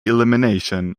elimination